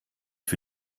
für